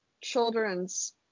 children's